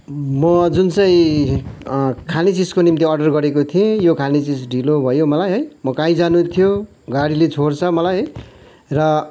म जुन चाहिँ खाने चिजको निम्ति अर्डर गरेको थिएँ यो खाने चिज ढिलो भयो मलाई है म कहीँ जानु थियो गाडीले छोड्छ मलाई है र